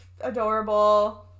adorable